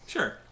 Sure